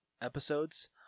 episodes